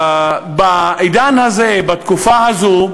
שבעידן הזה, בתקופה הזו,